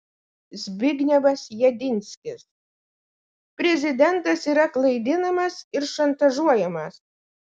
zbignevas jedinskis prezidentas yra klaidinamas ir šantažuojamas